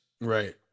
Right